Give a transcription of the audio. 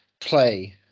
play